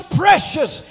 precious